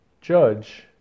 judge